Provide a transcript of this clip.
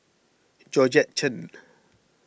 Georgette Chen